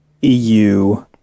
EU